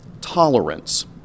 tolerance